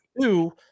Two